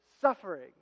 suffering